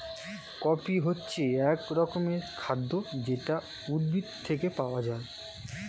coffee হচ্ছে এক রকমের খাদ্য যেটা উদ্ভিদ থেকে পাওয়া যায়